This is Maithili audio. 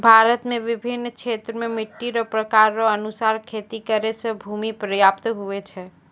भारत मे बिभिन्न क्षेत्र मे मट्टी रो प्रकार रो अनुसार खेती करै रो भूमी प्रयाप्त हुवै छै